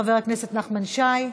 חבר הכנסת נחמן שי.